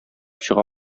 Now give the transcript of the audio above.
чыга